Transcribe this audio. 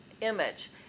image